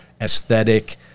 aesthetic